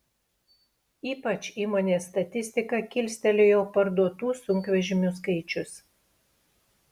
ypač įmonės statistiką kilstelėjo parduotų sunkvežimių skaičius